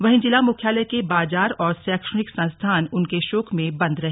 वहीं जिला मुख्यालय के बाजार और शैक्षणिक संस्थान उनके शोक में बंद रहे